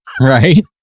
right